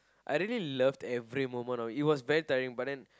I really loved every moment of it was very tiring but then